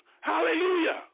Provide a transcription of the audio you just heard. Hallelujah